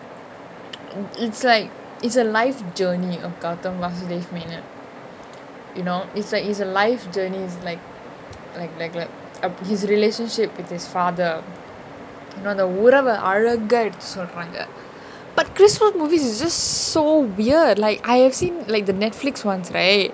it it's like it's a life journey of gawthamvaasuthevemenan you know it's a it's a life journey like like like up his relationship with his father இன்னு அந்த உறவு அழகாயிடிச்சு சொல்ராங்க:innu antha uravu alakaayidichu solraanga but chrismas movie is just so weird like I have seen like the netflix ones right